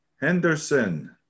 Henderson